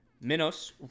Minos